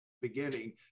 beginning